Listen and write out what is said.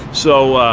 so,